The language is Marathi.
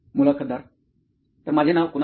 मुलाखतदार तर माझे नाव कुणाल आहे